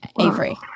Avery